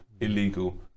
illegal